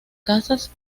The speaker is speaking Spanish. casas